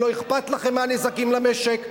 לא אכפת לכם מהנזקים למשק.